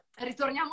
Ritorniamo